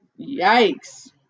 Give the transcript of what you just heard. Yikes